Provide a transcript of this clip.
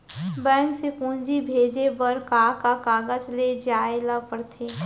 Bank से पूंजी भेजे बर का का कागज ले जाये ल पड़थे?